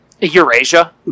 Eurasia